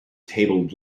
tabled